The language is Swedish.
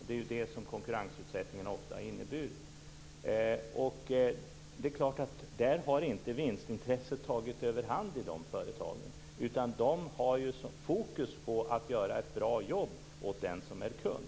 Det är det som konkurrensutsättningen ofta har inneburit. I de företagen har vinstintresset självfallet inte tagit överhand, utan de har fokus på att göra ett bra jobb åt den som är kund.